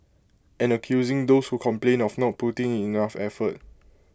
and accusing those who complained of not putting in enough effort